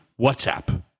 WhatsApp